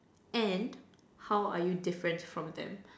and how are you different from them